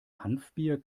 hanfbier